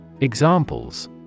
Examples